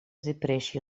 depressie